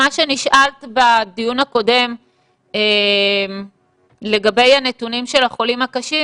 מה שנשאלת בדיון הקודם לגבי הנתונים של החולים הקשים,